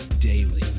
daily